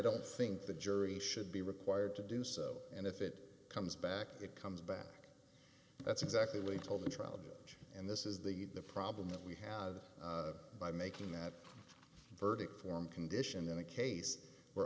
don't think the jury should be required to do so and if it comes back it comes back that's exactly what he told the trial and this is the the problem that we have by making that verdict form condition in a case